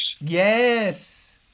Yes